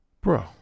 bro